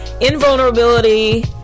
invulnerability